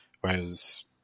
Whereas